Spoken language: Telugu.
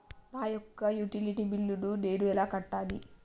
నా యొక్క యుటిలిటీ బిల్లు నేను ఎలా కట్టాలి?